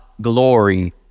glory